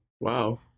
wow